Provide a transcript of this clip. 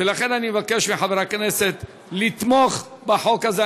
ולכן אני מבקש מחברי הכנסת לתמוך בחוק הזה.